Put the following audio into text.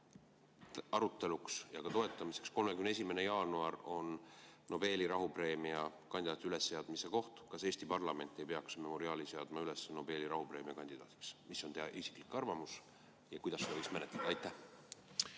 aruteluks ja ka toetamiseks: 31. jaanuar on Nobeli rahupreemia kandidaatide üles seadmise koht. Kas Eesti parlament ei peaks Memoriali seadma üles Nobeli rahupreemia kandidaadiks? Mis on teie isiklik arvamus ja kuidas seda võiks menetleda? Aitäh,